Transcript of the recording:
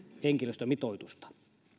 henkilöstömitoitusta